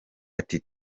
ati